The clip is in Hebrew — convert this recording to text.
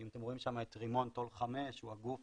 אם אתם רואים שם את רימון טול 5, לדעתי הוא הגוף